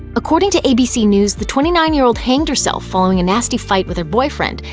according to abc news, the twenty nine year old hanged herself following a nasty fight with her boyfriend,